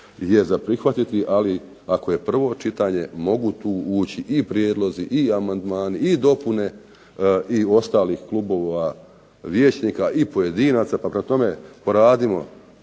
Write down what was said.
je za prihvatiti, ali ako je prvo čitanje mogu tu ući i prijedlozi i amandmani i dopune i ostalih klubova vijećnika i pojedinaca, pa kad na tome poradimo